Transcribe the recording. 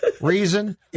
reason